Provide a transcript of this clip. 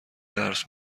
درس